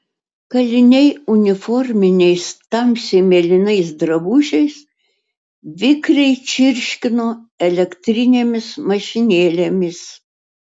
kaliniai uniforminiais tamsiai mėlynais drabužiais vikriai čirškino elektrinėmis mašinėlėmis